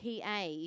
PA